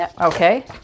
Okay